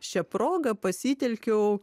šia proga pasitelkiau